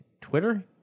Twitter